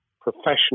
professional